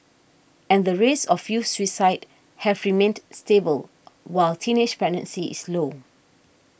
and the rates of youth suicide have remained stable while teenage pregnancy is low